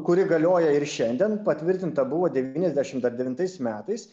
kuri galioja ir šiandien patvirtinta buvo devyniasdešim dar devintais metais